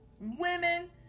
women